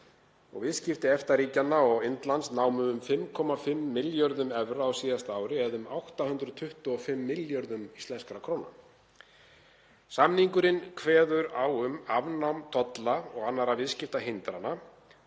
viðskipti EFTA-ríkjanna og Indlands námu um 5,5 milljörðum evra á síðasta ári eða um 825 milljörðum íslenskra króna. Samningurinn kveður á um afnám tolla og annarra viðskiptahindrana.